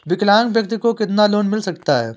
विकलांग व्यक्ति को कितना लोंन मिल सकता है?